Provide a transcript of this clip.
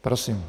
Prosím.